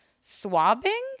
swabbing